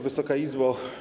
Wysoka Izbo!